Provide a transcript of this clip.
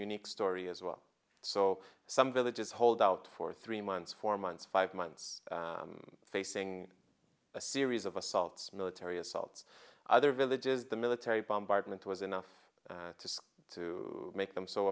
unique story as well so some villages hold out for three months four months five months facing a series of assaults military assaults other villages the military bombardment was enough to see to make them so